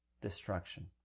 destruction